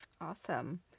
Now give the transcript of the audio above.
Awesome